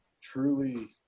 truly